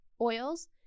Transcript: oils